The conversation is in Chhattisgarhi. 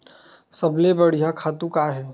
सबले बढ़िया खातु का हे?